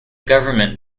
government